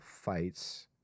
fights